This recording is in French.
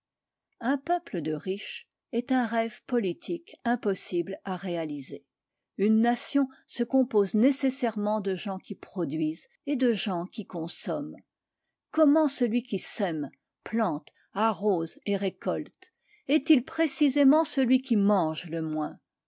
un peuple de riches est un rêve politique impossible à réaliser une nation se compose nécessairement de gens qui produisent et de gens qui consomment comment celui qui sème plante arrose et récolte est-il précisément celui qui mange le moins